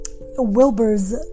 Wilbur's